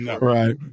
Right